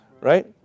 Right